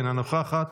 אינו נוכח,